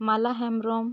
ᱢᱟᱞᱟ ᱦᱮᱢᱵᱨᱚᱢ